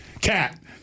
Cat